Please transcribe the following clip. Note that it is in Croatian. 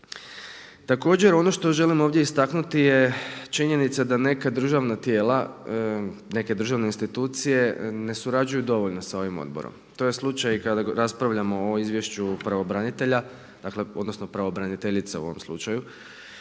Također ono što želim ovdje istaknuti je činjenica da neka državna tijela, neke državne institucije ne surađuju dovoljno sa ovim odborom. To je slučaj i kada raspravljamo o izvješću pravobranitelja, dakle odnosno pravobraniteljice u ovom slučaju.